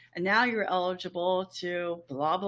and now you're eligible to blah, blah,